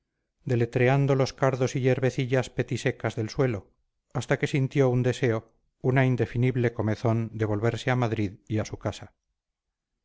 hora deletreando los cardos y yerbecillas petisecas del suelo hasta que sintió un deseo una indefinible comezón de volverse a madrid y a su casa